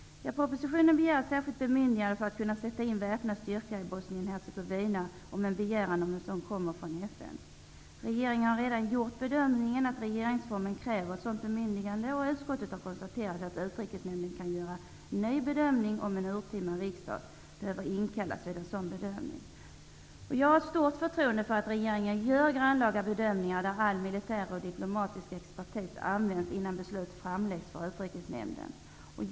I propositionen begärs ett särskilt bemyndigande för att väpnade styrkor skall kunna sättas in i Bosnien-Hercegovina, om en begäran om detta kommer från FN. Regeringen har redan gjort bedömningen att regeringsformen kräver ett sådant bemyndigande, och utskottet har konstaterat att Utrikesnämnden kan göra en ny bedömning om en urtima riksdag i så fall behöver inkallas. Jag har stort förtroende för att regeringen gör grannlaga bedömningar, där all militär och diplomatisk expertis används innan besluten framläggs för Utrikesnämnden.